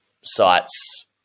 sites